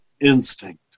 instinct